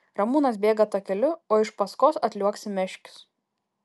ramūnas bėga takeliu o iš paskos atliuoksi meškius